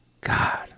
God